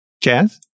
Jazz